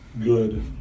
good